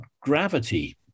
gravity